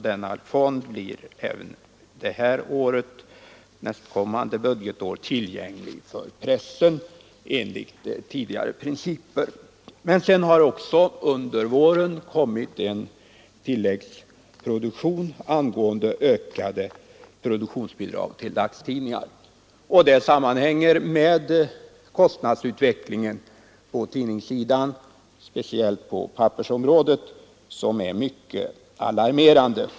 Denna fond blev alltså även nästkommande budgetår tillgänglig för pressen enligt tidigare principer. Sedan har också under våren kommit en tilläggsproposition angående ökade produktionsbidrag till dagstidningar. Detta sammanhänger med att kostnadsutvecklingen för tidningar, speciellt på pappersområdet, är mycket alarmerande.